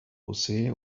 posee